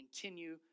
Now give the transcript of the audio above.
Continue